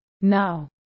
Now